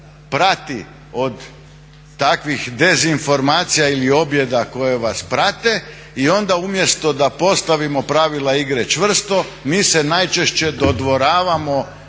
od takvih dezinformacija ili objeda koje vas prate i onda umjesto da postavimo pravila igre čvrsto mi se najčešće dodvoravamo